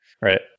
right